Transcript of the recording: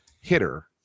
hitter